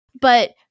But-